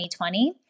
2020